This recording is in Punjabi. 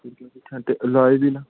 ਅਤੇ